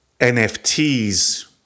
NFTs